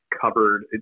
covered